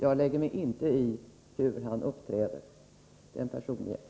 Jag lägger mig inte i hur han uppträder.